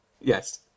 Yes